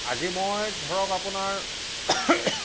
আজি মই ধৰক আপোনাৰ